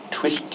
twist